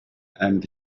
and